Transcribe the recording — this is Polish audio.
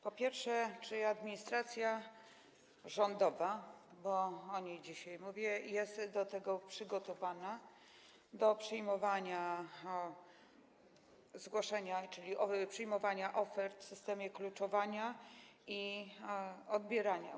Po pierwsze, czy administracja rządowa, bo o niej dzisiaj mówię, jest przygotowana do przyjmowania zgłoszeń, czyli przyjmowania ofert, w systemie kluczowania i ich odbierania?